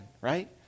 right